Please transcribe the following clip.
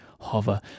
Hover